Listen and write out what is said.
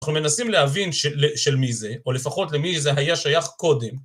אנחנו מנסים להבין של מי זה, או לפחות למי זה היה שייך קודם.